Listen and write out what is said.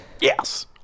Yes